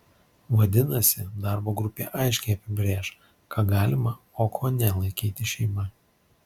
vadinasi darbo grupė aiškiai apibrėš ką galima o ko ne laikyti šeima